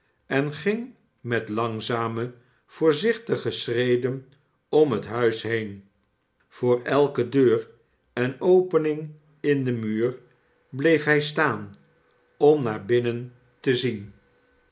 en ging met langzame voorzichtige schreden om het huis heen voor elke deur en opening in den muur bleef hij staan om naar binnen te zien